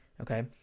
Okay